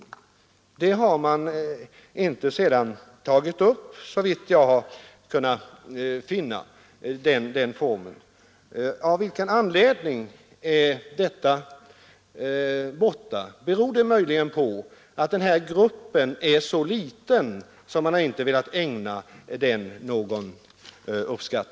Den försäkringsformen har man inte sedan tagit upp, såvitt jag har kunnat finna. Av vilken anledning är den borta? Är det fråga om en så liten grupp att man därför inte velat ägna den försäkringsformen någon uppmärksamhet?